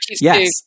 Yes